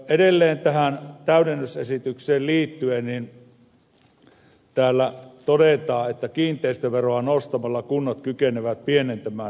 edelleen tähän täydennysesitykseen liittyen täällä todetaan että kiinteistöveroa nostamalla kunnat kykenevät pienentämään kunnallisveroasteen nousupaineen